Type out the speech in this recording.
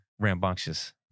rambunctious